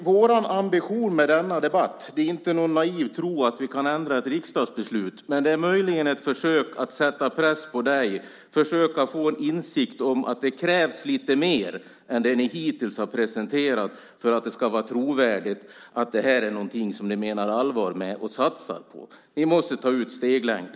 Vår ambition med denna debatt är inte någon naiv tro att vi kan ändra ett riksdagsbeslut men ett försök att sätta press på dig och försöka få dig att inse att det krävs lite mer än vad ni hittills har presenterat för att det ska vara trovärdigt när ni säger att det här är någonting som ni menar allvar med och vill satsa på. Vi måste ta ut steglängden.